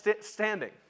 standing